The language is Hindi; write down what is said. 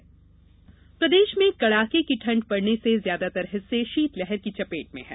मौसम ठंड प्रदेश में कड़ाके की ठंड पड़ने से ज्यादातर हिस्से शीतलहर की चपेट में है